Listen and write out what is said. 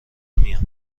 میان